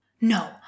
No